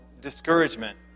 discouragement